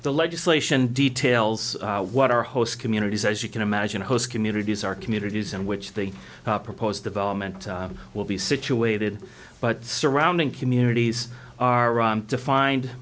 the legislation details what are host communities as you can imagine host communities are communities in which the proposed development will be situated but surrounding communities are defined